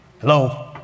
Hello